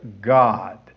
God